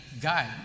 guide